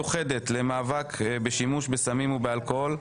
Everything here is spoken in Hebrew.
המיוחדת למאבק בשימוש בסמים ובאלכוהול,